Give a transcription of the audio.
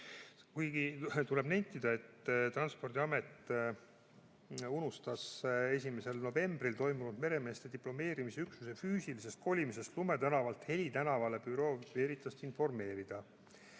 Kuigi tuleb nentida, et Transpordiamet unustas 1. novembril toimunud meremeeste diplomeerimise üksuse füüsilisest kolimisest Lume tänavalt Heli tänavale Bureau Veritast informeerida.